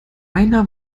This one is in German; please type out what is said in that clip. einer